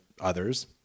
others